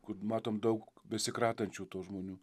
kur matom daug besikratančių tų žmonių